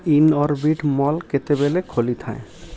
Inorbit mall କେତେବେଳେ ଖୋଲିଥାଏ